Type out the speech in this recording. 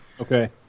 Okay